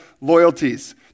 loyalties